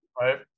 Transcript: right